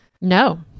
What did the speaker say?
No